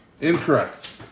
Incorrect